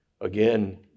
Again